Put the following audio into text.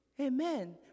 Amen